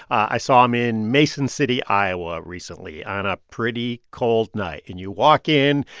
i saw him in mason city, iowa, recently on a pretty cold night. and you walk in,